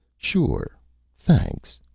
sure thanks.